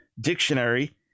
dictionary